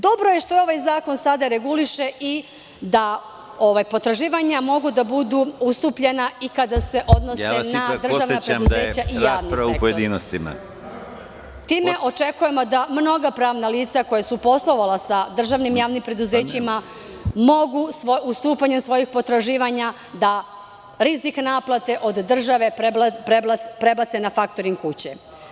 Dobro je što ovaj zakon sada reguliše i da potraživanja mogu da budu ustupljena i kada se odnose na državna preduzeća i javni sektor. (Predsedavajući: Podsećam vas da je rasprava u pojedinostima.) Time očekujemo da mnoga pravna lica koja su poslovala sa državnim javnim preduzećima mogu ustupanjem svojih potraživanja da rizik naplate oddržave prebace na faktoring kuće.